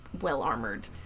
well-armored